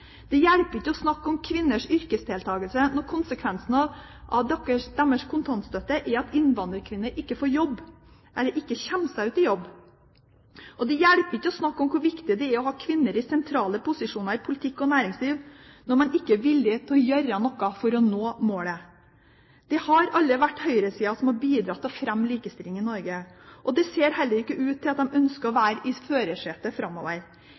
Det hjelper ikke å snakke om kvinners yrkesdeltakelse når konsekvensen av deres kontantstøtte er at innvandrerkvinner ikke kommer seg ut i jobb. Det hjelper ikke å snakke om hvor viktig det er å ha kvinner i sentrale posisjoner i politikk og næringsliv når man ikke er villig til å gjøre noe for å nå målet. Det har aldri vært høyresiden som har bidratt til å fremme likestilling i Norge. Det ser heller ikke ut til at de ønsker å være i førersetet framover.